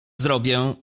zrobię